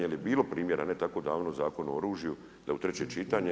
Jer je bilo primjera ne tako davno u Zakonu o oružju, da u treće čitanje.